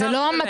זה לא המצע.